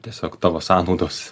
tiesiog tavo sąnaudos